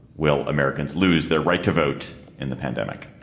will americans lose their right to vote in the pandemic?